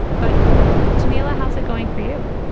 but toomelah, how's it going for you?